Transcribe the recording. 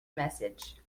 message